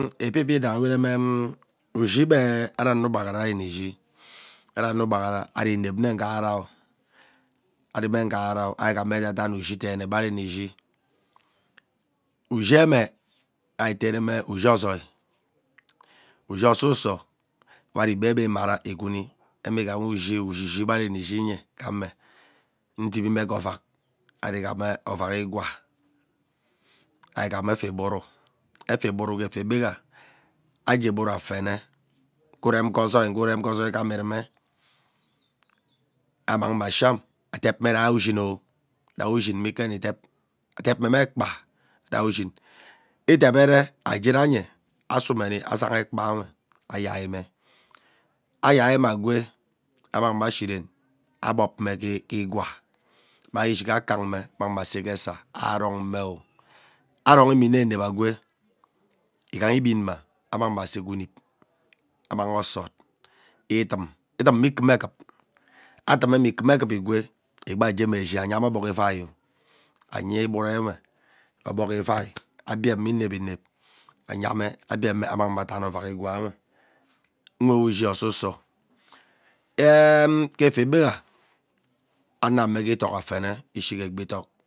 Ibip yindahi were mee ushii gbe ari ugbaghara ari ini ishi ari ano ugbaghara inep mme ughara ari mme ughara o ari gham edaidan ushi be ari une ishi, usheme i-teeneme ushii ozoi ushi osuso we ari be ebe imara igwuni eme igaha ushi ebe ari mme shinye ghame ndimime ghee ovak ari ighama ovak igwaa, ighama efa igwuru, efaa igwuru ge efiaghe ajee igwuru afene ghee urem gho ozoi eghee urem ghee ozoi eghee urem ghee ozoi ighama irumee amanghi me ashiam adep me rai ushin oh rai ushin mme ike nne edep, adep mme, mme ekpaa rai ushin edebere aghee ranye asumeni azaha ekpanwe ayime, ayime ayaiine agwee mmangme ashin ren agbobme ghee igwaa amang ishig ekanme amangme asee ghee esaa, aron mme, oronme inep inep agwee ighaa igben mma amangme asee ghee unib amang osot idume idume ikimeekip adumime ikim ekip igwee egbiwa ajeeme eshishi ayame ogbog ivaio anya igwurunwe ogbog ivai abieme inep inep anyee abieme ammangme adan ovak igwaawe nwee ushii osuso eemu ke efiegha ano amme ke idok afene ishige egbi idok